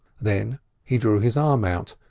then he drew his arm out,